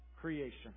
creation